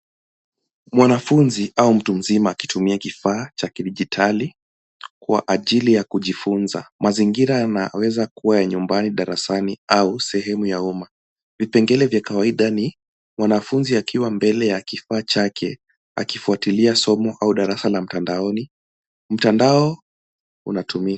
Mwanafunzi au mtu mzima akitumia kifaa cha kidijitali kwa ajili ya kujifunza. Mazingira yanaweza kuwa ya nyumbani, darasani au sehemu ya umma. Vipengele vya kawaida ni mwanafunzi akiwa mbele ya kifaa chake akifuatilia somo au darasa la mtandaoni. Mtandao unatumika.